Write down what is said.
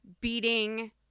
Beating